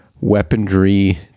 weaponry